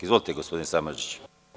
Izvolite, gospodine Samardžiću.